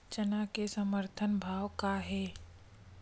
चना के समर्थन भाव का हे?